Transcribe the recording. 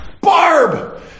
Barb